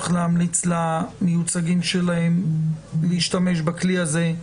להמליץ למיוצגים שלהם להשתמש בכלי הזה,